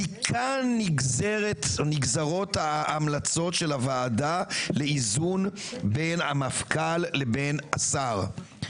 מכאן נגזרות ההמלצות של הוועדה לאיזון בין המפכ"ל לבין השר.